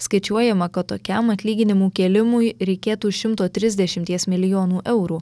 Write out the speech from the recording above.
skaičiuojama kad tokiam atlyginimų kėlimui reikėtų šimto trisdešimties milijonų eurų